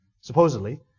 supposedly